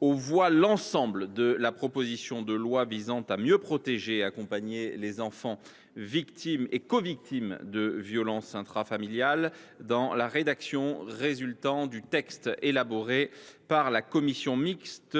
aux voix l’ensemble de la proposition de loi visant à mieux protéger et accompagner les enfants victimes et covictimes de violences intrafamiliales dans la rédaction résultant du texte élaboré par la commission mixte